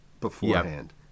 beforehand